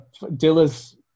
Dilla's